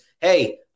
hey